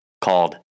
called